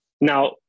Now